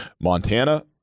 Montana